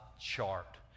chart